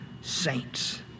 Saints